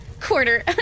Quarter